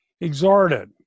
exhorted